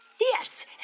Yes